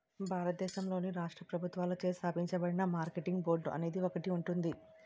భారతదేశంలోని రాష్ట్ర ప్రభుత్వాలచే స్థాపించబడిన మార్కెటింగ్ బోర్డు అనేది ఒకటి ఉంటుంది